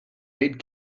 aid